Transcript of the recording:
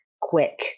quick